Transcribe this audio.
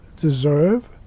deserve